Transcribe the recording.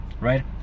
right